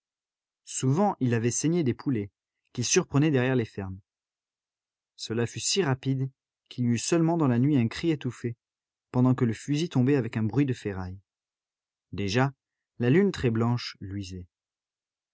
souvent il avait saigné des poulets qu'il surprenait derrière les fermes cela fut si rapide qu'il y eut seulement dans la nuit un cri étouffé pendant que le fusil tombait avec un bruit de ferraille déjà la lune très blanche luisait